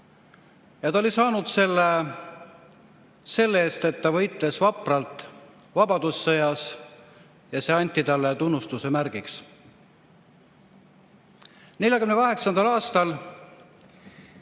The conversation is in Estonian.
Ta oli saanud selle selle eest, et ta võitles vapralt vabadussõjas ja see anti talle tunnustuse märgiks.